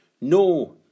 No